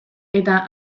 eta